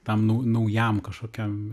tam nau naujam kažkokiam